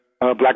Black